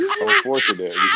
unfortunately